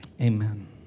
amen